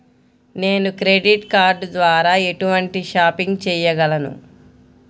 నేను credit card ద్వార ఎటువంటి షాపింగ్ చెయ్యగలను?